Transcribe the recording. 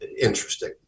interesting